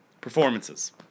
Performances